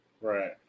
Right